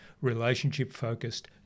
relationship-focused